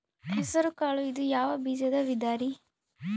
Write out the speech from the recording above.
ಹೆಸರುಕಾಳು ಇದು ಯಾವ ಬೇಜದ ವಿಧರಿ?